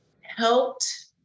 helped